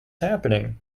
happening